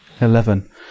Eleven